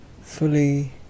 fully